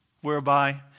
whereby